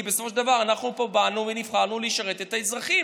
כי בסופו של דבר אנחנו פה באנו ונבחרנו לשרת את האזרחים,